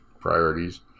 priorities